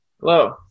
hello